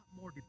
more